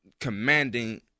commanding